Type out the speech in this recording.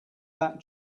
that